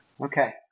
Okay